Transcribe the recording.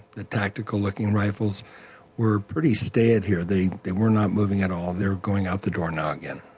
the tactical looking rifles were pretty staid here they they were not moving at all, they're going out the door now again